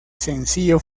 sencillo